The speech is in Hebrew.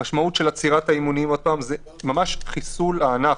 המשמעות של עצירת האימונים היא חיסול הענף.